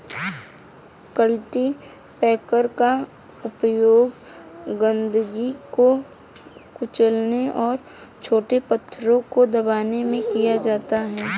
cultipacker का उपयोग गंदगी को कुचलने और छोटे पत्थरों को दबाने में किया जाता है